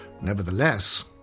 Nevertheless